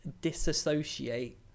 disassociate